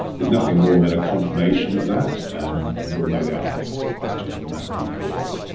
it's nothing more than a confirmation of that, and we'll no doubt answer some questions on that in due course.